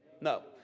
No